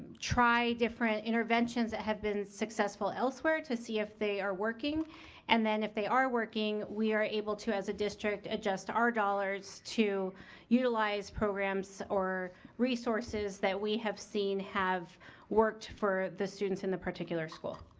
try different interventions that have been successful elsewhere to see if they are working and then if they are working, we are able to, as a district, adjust our dollars to utilize programs or resources that we have seen have worked for the students in the particular school.